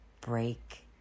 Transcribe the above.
break